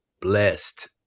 blessed